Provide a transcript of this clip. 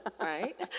right